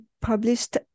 published